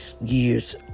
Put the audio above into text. years